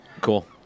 Cool